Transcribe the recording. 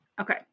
Okay